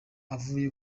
avuye